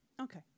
okay